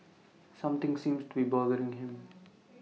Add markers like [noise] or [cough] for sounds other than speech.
[noise] something seems to be bothering him